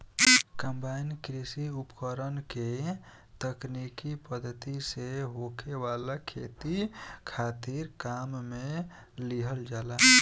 combine कृषि उपकरण के तकनीकी पद्धति से होखे वाला खेती खातिर काम में लिहल जाला